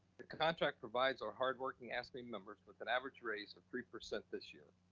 the contract provides our hardworking afscme members with an average raise of three percent this year,